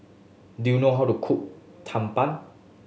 do you know how to cook tumpang